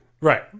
Right